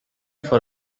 for